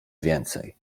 więcej